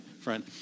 friend